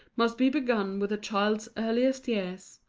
must be begun with a child's earliest years.